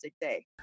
day